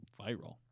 viral